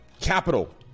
capital